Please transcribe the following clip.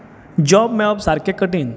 job मेळप सारकें कठीण